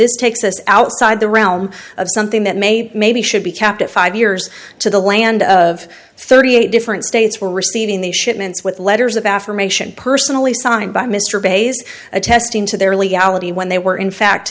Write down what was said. this takes us outside the realm of something that maybe maybe should be capped at five years to the land of thirty eight different states were receiving these shipments with letters of affirmation personally signed by mr bay's attesting to their legality when they were in fact